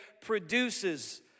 produces